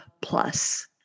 Plus